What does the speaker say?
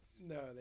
No